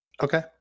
Okay